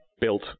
built